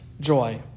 joy